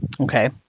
Okay